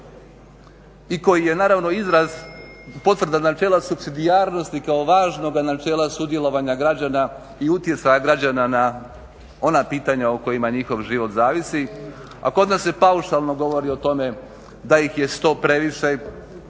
i koji je izraz potvrda načela supsidijarnosti kao važnoga načela sudjelovanja građana i utjecaja građana na ona pitanja o kojima njihov život zavisi, a kod nas se paušalno govori o tome da ih je 100 previše,